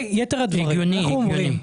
הגיוני.